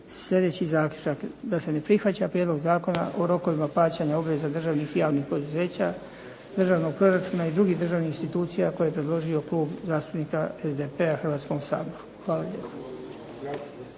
sljedeći zaključak da se ne prihvaća Prijedlog zakona o rokovima plaćanja obveza državnih i javnih poduzeća, državnog proračuna i drugih državnih institucija koje je predložio Klub zastupnika SDP-a Hrvatskom saboru. Hvala lijepa.